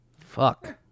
fuck